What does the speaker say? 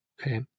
Okay